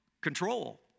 control